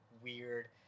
weird